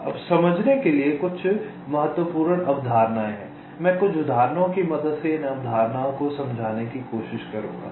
अब समझने के लिए कुछ महत्वपूर्ण अवधारणाएं हैं मैं कुछ उदाहरणों की मदद से इन अवधारणाओं को समझाने की कोशिश करूंगा